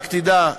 רק תדע,